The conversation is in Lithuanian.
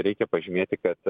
reikia pažymėti kad